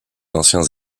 anciens